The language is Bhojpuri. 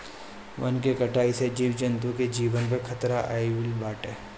वन के कटाई से जीव जंतु के जीवन पे खतरा आगईल बाटे